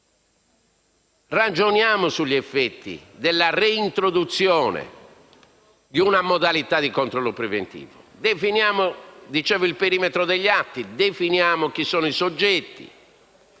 ragioniamo sugli effetti della reintroduzione di una modalità di controllo preventivo; definiamo il perimetro degli atti; definiamo chi sono i soggetti;